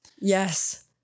Yes